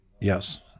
Yes